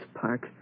Park